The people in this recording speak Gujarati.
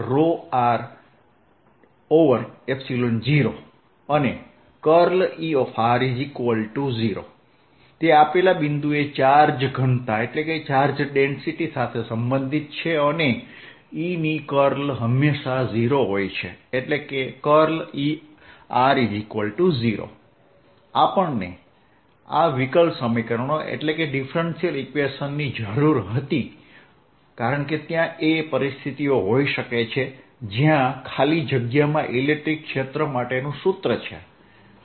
Err0 અને Er0 તે આપેલા બિંદુએ ચાર્જ ઘનતા સાથે સંબંધિત છે અને E ની curl હંમેશાં 0 હોય છે એટલે કે Er0 આપણને આ વિકલ સમીકરણો ની જરૂર હતી કારણ કે ત્યાં એ પરિસ્થિતિઓ હોઈ શકે છે જ્યાં ખાલી જગ્યામાં ઇલેક્ટ્રિક ક્ષેત્ર માટેનું સૂત્ર છે